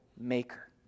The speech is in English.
maker